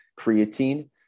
creatine